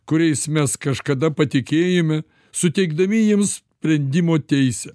kuriais mes kažkada patikėjome suteikdami jiems sprendimo teisę